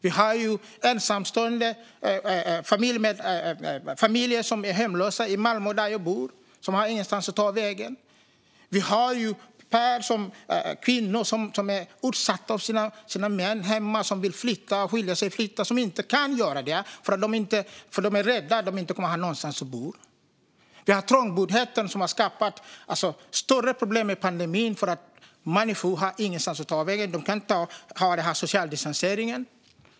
Det finns ensamstående och familjer som är hemlösa i Malmö, där jag bor, och som inte har någonstans att ta vägen. Det finns kvinnor som är utsatta av sina män och som vill flytta och skilja sig men som inte kan göra det för att de är rädda för att de inte kommer att ha någonstans att bo. Vi har en trångboddhet som har skapat stora problem under pandemin för att människor inte har någonstans att ta vägen. De kan inte hålla en social distansering.